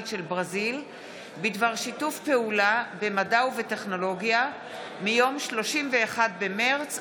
בדבר שיתוף פעולה בחקר החלל החיצון ובשימוש בו למטרות